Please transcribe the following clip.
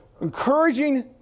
encouraging